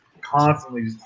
constantly